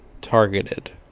targeted